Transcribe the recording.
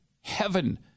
heaven